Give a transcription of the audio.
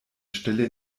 stelle